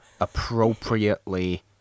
appropriately